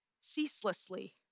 ceaselessly